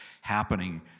happening